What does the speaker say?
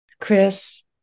Chris